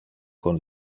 con